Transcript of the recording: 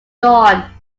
dawn